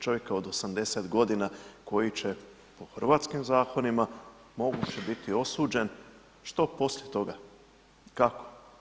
Čovjeka od 80 godina koji će po hrvatskim zakonima moguće biti osuđen, što poslije toga, kako?